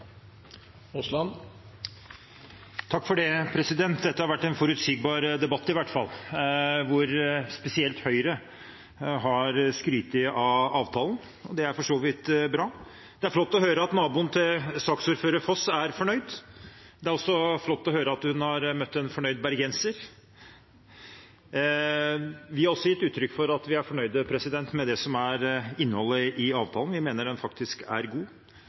og dei store bøndene. Dette har vært en forutsigbar debatt, og spesielt Høyre har skrytt av avtalen. Det er for så vidt bra. Det er flott å høre at naboen til saksordfører Foss er fornøyd. Det er også flott å høre at hun har møtt en fornøyd bergenser. Vi har også gitt uttrykk for at vi er fornøyd med innholdet i avtalen. Vi mener den faktisk er god,